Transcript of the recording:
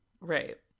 Right